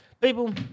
people